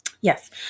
yes